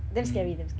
mmhmm